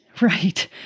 Right